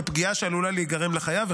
בפגיעה שעלולה להיגרם לחייב,